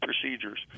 procedures